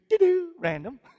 Random